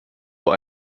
vor